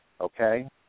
okay